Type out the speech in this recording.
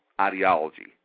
ideology